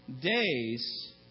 days